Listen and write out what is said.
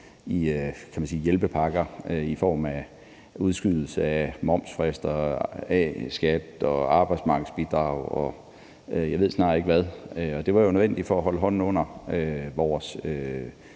i hjælpepakker i form af udskydelse af momsfrister, A-skat, arbejdsmarkedsbidrag, og jeg ved snart ikke hvad, og det var nødvendigt for at holde hånden under vores